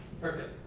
Perfect